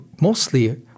mostly